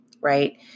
right